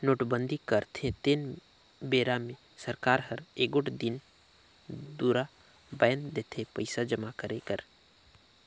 नोटबंदी करथे तेन बेरा मे सरकार हर एगोट दिन दुरा बांएध देथे पइसा जमा करे कर